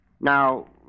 Now